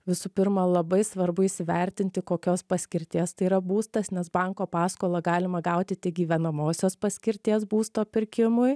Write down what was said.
visų pirma labai svarbu įsivertinti kokios paskirties tai yra būstas nes banko paskolą galima gauti tik gyvenamosios paskirties būsto pirkimui